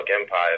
Empire